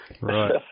right